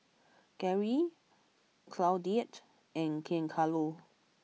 Garry Claudette and Giancarlo